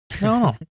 No